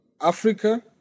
Africa